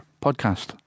podcast